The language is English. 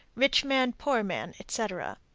rich man, poor man, etc.